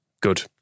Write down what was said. good